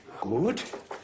Gut